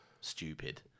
stupid